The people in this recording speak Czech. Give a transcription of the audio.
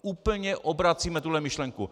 Úplně obracíme tuhle myšlenku.